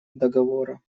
договора